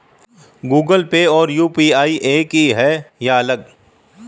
Google Pay और UPI एक ही है या अलग?